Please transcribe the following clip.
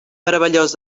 meravellós